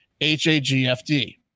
H-A-G-F-D